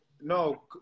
no